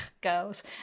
girls